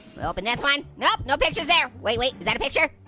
open this one, nope, no pictures there. wait, wait, is that a picture?